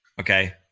Okay